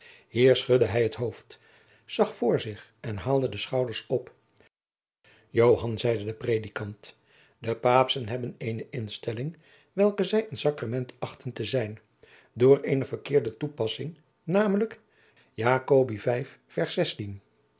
hier schudde hij het hoofd zag voor zich en haalde de schouders op joan zeide de predikant de paapschen hebben eene instelling welke zij een sacrament achten te zijn door eene verkeerde toepassing namelijk jacobi